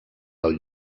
del